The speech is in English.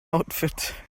outfit